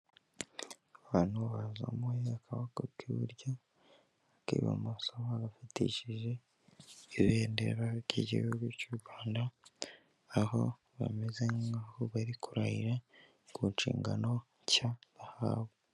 Abantu bazamuye akaboko k'iburyo, ak'ibumoso bafatishije ibendera ry'igihugu cy'u Rwanda, aho bameze nk'aho bari kurahira ku nshingano nshya bahawe.